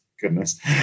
goodness